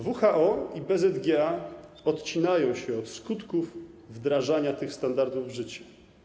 WHO i BZgA odcinają się od skutków wdrażania tych standardów w życie.